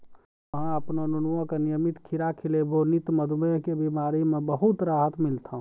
तोहॅ आपनो नुनुआ का नियमित खीरा खिलैभो नी त मधुमेह के बिमारी म बहुत राहत मिलथौं